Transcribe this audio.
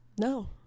No